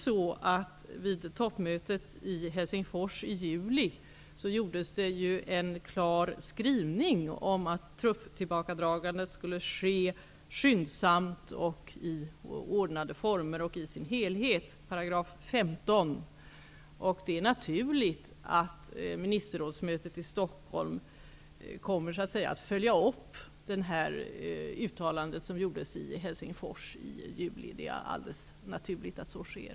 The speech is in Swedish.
På toppmötet i Helsingfors i juli gjordes en klar skrivning om att trupptillbakadragandet skall ske skyndsamt, i sin helhet och i ordnade former -- detta står i 15 §. Det är naturligt att ministerrådsmötet i Stockholm kommer att följa upp det uttalande som gjordes i Helsingfors i juli. Det är helt naturligt att så sker.